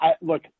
Look